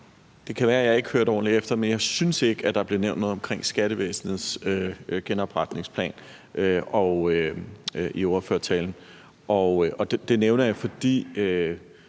Det kan være, at jeg ikke hørte ordentligt efter, men jeg synes ikke, der blev nævnt noget om skattevæsenets genopretningsplan i ordførertalen. Det nævner jeg, fordi